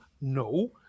No